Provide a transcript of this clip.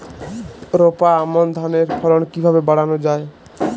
রোপা আমন ধানের ফলন কিভাবে বাড়ানো যায়?